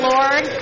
Lord